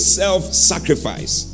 self-sacrifice